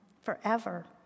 forever